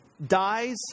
dies